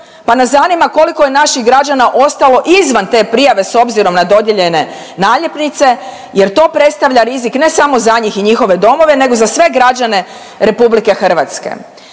pa nas zanima koliko je naših građana ostalo izvan te prijave s obzirom na dodijeljene naljepnice jer to predstavlja rizik ne samo za njih i njihove domove nego za sve građane RH.